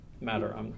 matter